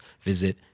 visit